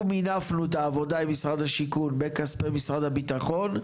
אנחנו מינפנו את העבודה עם משרד השיכון בכספי משרד הביטחון,